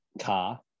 car